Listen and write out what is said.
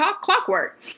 clockwork